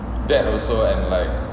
that also and like